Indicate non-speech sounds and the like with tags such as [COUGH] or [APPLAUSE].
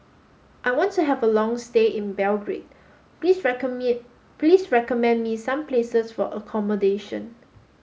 I want to have a long stay in Belgrade please [UNINTELLIGIBLE] me please recommend me some places for accommodation